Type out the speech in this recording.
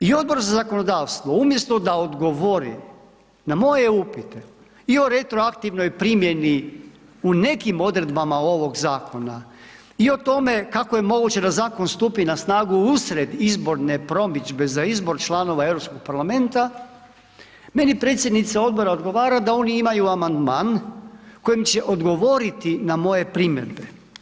I Odbor za zakonodavstvo umjesto da odgovori, na moje upite i o retroaktivnoj primjeni u nekim odredbama ovog zakona i o tome, kako je moguće da zakon stupi na snagu usred izborne promidžbe za izbor članova Europskog parlamenta, meni predsjednica odbora odgovara da oni imaju amandman, koji će odgovoriti na moje primjedbe.